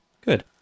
Good